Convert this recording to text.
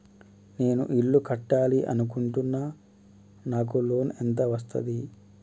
నేను ఇల్లు కట్టాలి అనుకుంటున్నా? నాకు లోన్ ఎంత వస్తది?